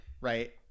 right